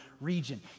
region